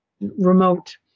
remote